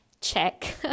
check